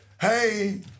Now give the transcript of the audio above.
hey